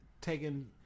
taking